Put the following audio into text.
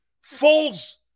Fools